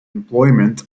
employment